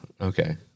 Okay